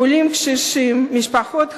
עולים קשישים, משפחות חד-הוריות,